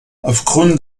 aufgrund